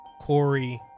Corey